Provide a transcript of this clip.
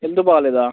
health బాలేదా